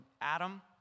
Adam